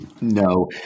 No